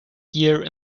here